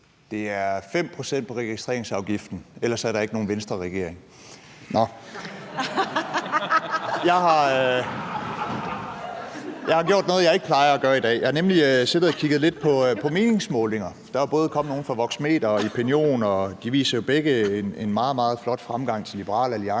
Det er 5 pct. på registreringsafgiften, ellers er der ikke nogen Venstreregering. (Munterhed). Jeg har i dag gjort noget, jeg ikke plejer at gøre. Jeg har nemlig siddet og kigget lidt på meningsmålinger. Der er både kommet nogle fra Voxmeter og Epinion, og de viser jo begge en meget, meget flot fremgang til Liberal Alliance,